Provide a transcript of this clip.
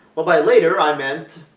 well, by later, i meant,